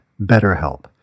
BetterHelp